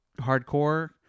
hardcore